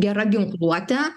gera ginkluote